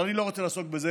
אבל אני לא רוצה לעסוק בזה.